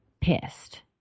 pissed